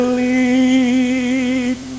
lead